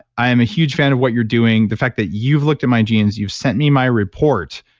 i am a huge fan of what you're doing. the fact that you've looked at my genes, you've sent me my report,